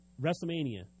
WrestleMania